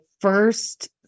first